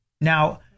Now